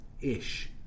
ish